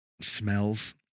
smells